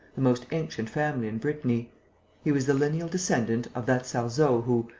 the most ancient family in brittany he was the lineal descendant of that sarzeau who,